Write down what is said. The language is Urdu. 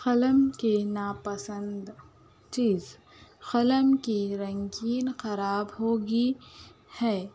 قلم کے ناپسند چیز قلم کی رنگین خراب ہوگی ہے